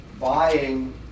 buying